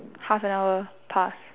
half an hour pass